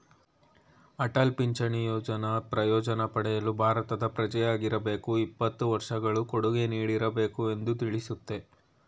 ಅಟಲ್ ಪಿಂಚಣಿ ಯೋಜ್ನ ಪ್ರಯೋಜ್ನ ಪಡೆಯಲು ಭಾರತದ ಪ್ರಜೆಯಾಗಿರಬೇಕು ಇಪ್ಪತ್ತು ವರ್ಷಗಳು ಕೊಡುಗೆ ನೀಡಿರಬೇಕು ಎಂದು ತಿಳಿಸುತ್ತೆ